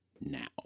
now